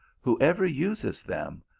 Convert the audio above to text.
whoever uses them,